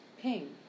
ping